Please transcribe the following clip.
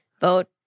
Vote